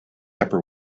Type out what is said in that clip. upper